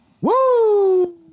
Woo